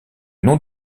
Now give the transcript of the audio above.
nom